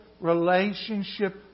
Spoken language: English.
relationship